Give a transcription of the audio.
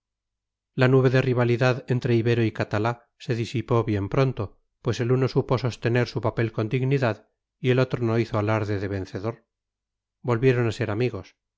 la nube de rivalidad entre ibero y catalá se disipó bien pronto pues el uno supo sostener su papel con dignidad y el otro no hizo alarde de vencedor volvieron a ser amigos